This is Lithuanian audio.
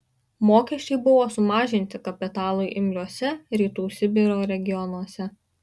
mokesčiai buvo sumažinti kapitalui imliuose rytų sibiro regionuose